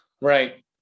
Right